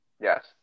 Yes